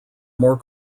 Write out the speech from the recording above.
more